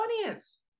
audience